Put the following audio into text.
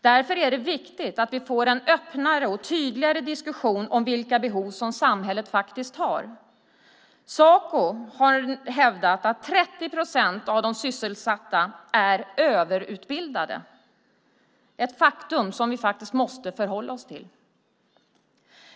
Därför är det viktigt att vi får en öppnare och tydligare diskussion om vilka behov samhället faktiskt har. Saco har hävdat att 30 procent av de sysselsatta är överutbildade, ett faktum som vi faktiskt måste förhålla oss till.